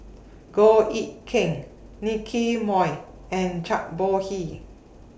Goh Eck Kheng Nicky Moey and Zhang Bohe